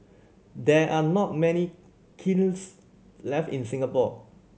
there are not many kilns left in Singapore